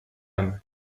âme